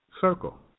circle